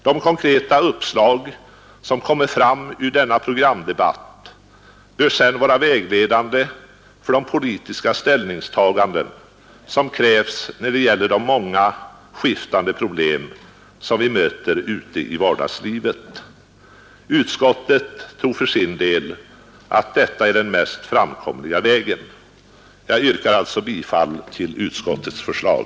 De konkreta uppslag som kommer fram ur denna programdebatt bör sedan vara vägledande för de politiska ställningstaganden som krävs till de många och skiftande problem som vi möter ute i vardagslivet. Utskottet tror för sin del att detta är den mest framkomliga vägen. Jag yrkar alltså bifall till utskottets hemställan.